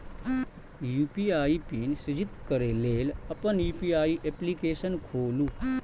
UPI PIN सृजित करै लेल अपन यू.पी.आई एप्लीकेशन खोलू